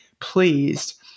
pleased